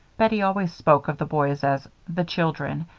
bettie always spoke of the boys as the children,